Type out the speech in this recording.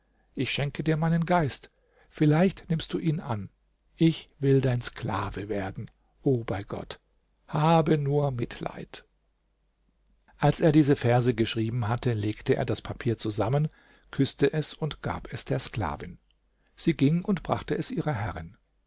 ich schenke dir meinen geist vielleicht nimmst du ihn an ich will dein sklave werden o bei gott habe nur mitleid als er diese verse geschrieben hatte legte er das papier zusammen küßte es und gab es der sklavin sie ging und brachte es ihrer herrin